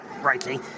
rightly